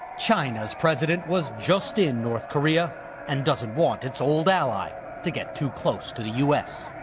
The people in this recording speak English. china's president was just in north korea and doesn't want its old ally to get too close to the u s.